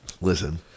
Listen